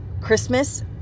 Christmas